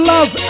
Love